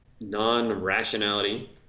non-rationality